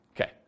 Okay